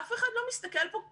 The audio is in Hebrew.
אף אחד לא מסתכל פה קדימה.